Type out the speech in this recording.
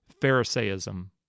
pharisaism